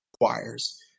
requires